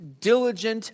diligent